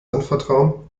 anvertrauen